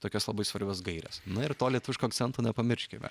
tokias labai svarbias gaires na ir to lietuviško akcento nepamirškime